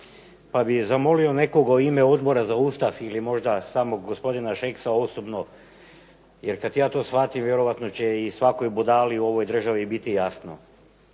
Pa bih zamolio nekoga u ime Odbora za Ustav ili možda samo gospodina Šeksa osobno jer kad ja to shvatim, vjerojatno će i svakoj budali u ovoj državi biti jasno.